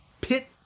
pit